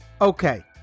Okay